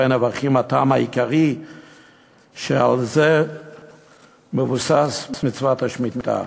נבוכים" הטעם העיקרי שעל זה מבוססת מצוות השמיטה.